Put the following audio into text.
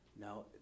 Now